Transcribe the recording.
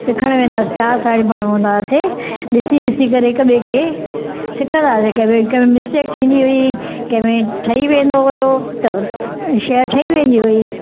सिखणु वेंदा हुआसीं चारि साहेड़ियूं पाण में हूंदा हुआसीं ॾिसी ॾिसी करे हिक ॿिए खे खिखंदा हुआसीं के भाई कंहिमें मिस्टेक थींदी हुई कंहिंमें ठही वेंदो हुयो त शइ ठही वेंदी हुई